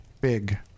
big